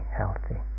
healthy